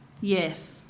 Yes